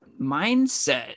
mindset